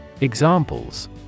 Examples